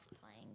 playing